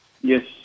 Yes